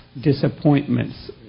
disappointments